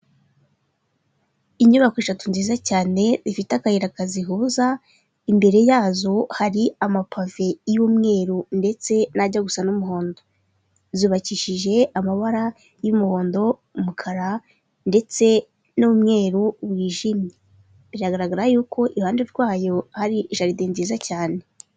Inyubako eshatu nziza cyane zifite akayira kazihuza imbere yazo hari amapavee y'umweru ndetse najya gusa n'umuhondo. Zubakishije amabara y'umuhondo, umukara ndetse n'umweru wijimye biragaragara yuko iruhande rwayo hari jaride nziza cyane.